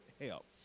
help